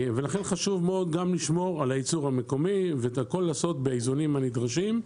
לכן חשוב מאוד לשמור על הייצור המקומי ולעשות את הכול באיזונים הנדרשים,